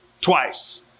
twice